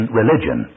religion